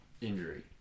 Injury